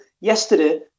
Yesterday